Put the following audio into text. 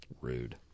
Rude